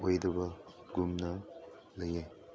ꯑꯣꯏꯗꯕꯒꯨꯝꯅ ꯂꯩꯌꯦ